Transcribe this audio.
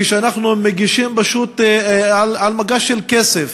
כשאנחנו מגישים פשוט על מגש של כסף